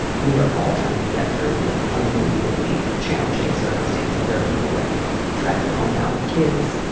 we are all trying to get through like unbelievably challenging circumstances. there are people like trapped at home now with kids.